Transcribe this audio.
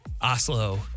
Oslo